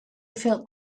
felt